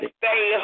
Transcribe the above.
stay